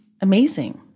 amazing